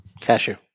Cashew